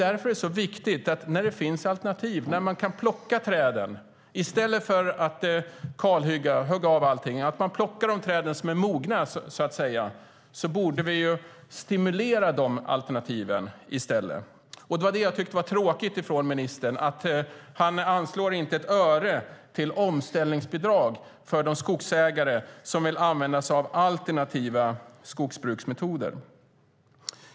När man kan plocka de träd som är mogna i stället för att kalhugga borde vi stimulera det alternativet. Det är tråkigt att ministern inte anslår ett öre till omställningsbidrag för de skogsägare som vill använda alternativa skogsbruksmetoder.